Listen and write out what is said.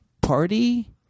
party